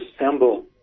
assemble